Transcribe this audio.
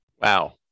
Wow